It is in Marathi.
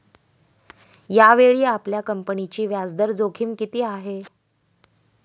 यावेळी आपल्या कंपनीची व्याजदर जोखीम किती आहे?